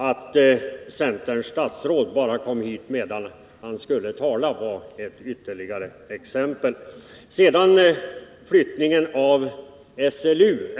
Att centerns statsråd bara kom hit medan han skulle tala var ytterligare ett tecken härpå.